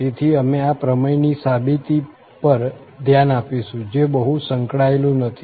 તેથી અમે આ પ્રમેયની સાબિતી પર ધ્યાન આપીશું જે બહુ સંકળાયેલું નથી